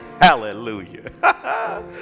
Hallelujah